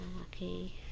Okay